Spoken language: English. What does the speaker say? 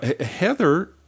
Heather